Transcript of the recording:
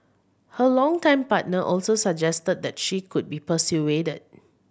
her longtime partner also suggested that she could be persuaded